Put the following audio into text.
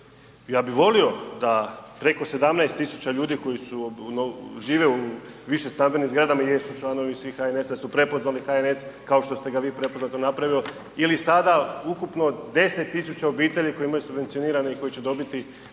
Ja bih volio da preko 17000 ljudi koji žive u više stambenim zgradama jesu članovi HNS-a, prepoznali su HNS kao što ste ga vi prepoznao to napravio ili sada ukupno 10000 obitelji koji imaju subvencionirane i koji će dobiti